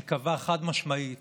שקבע חד-משמעית